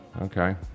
Okay